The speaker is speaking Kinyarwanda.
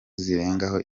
zirengaho